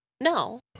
No